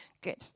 Good